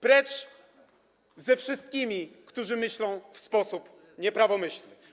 Precz ze wszystkimi, którzy myślą w sposób nieprawomyślny.